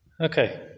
okay